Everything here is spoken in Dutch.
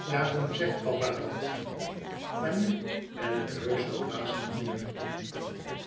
daarom zegt papa dat maar nu ben ik heusch zoo dwaas niet meer